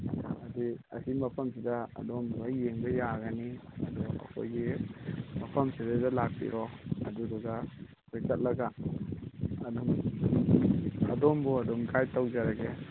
ꯍꯥꯏꯗꯤ ꯑꯁꯤ ꯃꯐꯝꯁꯤꯗ ꯑꯗꯣꯝ ꯂꯣꯏ ꯌꯦꯡꯕ ꯌꯥꯒꯅꯤ ꯑꯗꯣ ꯑꯩꯈꯣꯏꯒꯤ ꯃꯐꯝ ꯁꯤꯗꯩꯗ ꯂꯥꯛꯄꯤꯔꯣ ꯑꯗꯨꯗꯨꯒ ꯑꯩꯈꯣꯏ ꯆꯠꯂꯒ ꯑꯗꯨꯝ ꯑꯗꯣꯝꯕꯨ ꯑꯗꯨꯝ ꯒꯥꯏꯗ ꯇꯧꯖꯔꯒꯦ